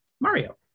Mario